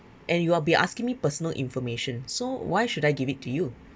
and you'll be asking me personal information so why should I give it to you